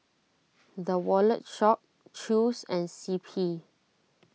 the Wallet Shop Chew's and C P